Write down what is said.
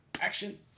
action